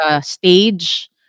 stage